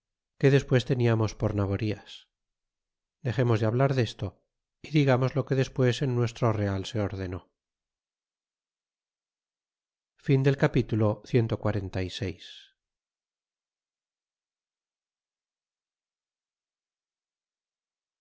que despues teniamos por naborias dexemos de hablar en esto y digamos lo que despues en nuestro real se ordenó capitulo cxlvii